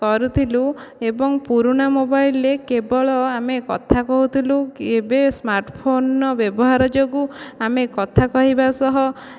କରୁଥିଲୁ ଏବଂ ପୁରୁଣା ମୋବାଇଲ୍ରେ କେବଳ ଆମେ କଥା କହୁଥିଲୁ ଏବେ ସ୍ମାର୍ଟ୍ ଫୋନ୍ର ବ୍ୟବହାର ଯୋଗୁଁ ଆମେ କଥା କହିବା ସହ